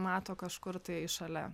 mato kažkur tai šalia